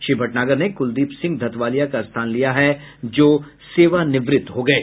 श्री भटनागर ने कुलदीप सिंह धतवालिया का स्थान लिया है जो सेवानिवृत्त हो गये